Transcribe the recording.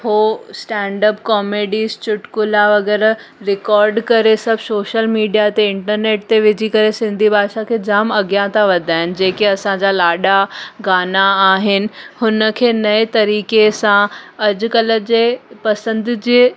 उहे standup comedies चुटकुला वग़ैरह रिकॉड करे सभु सोशल मिडिआ ते इंटरनेट ते विझी करे सिंधी भाषा खे जाम अॻियां था वधाइनि जेके असांजा लाॾा गाना आहिनि हुनखे नएं तरीक़े सां अॼुकल्ह जे पसंदि जे